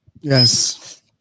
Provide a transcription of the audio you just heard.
yes